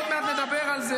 עוד מעט נדבר על זה,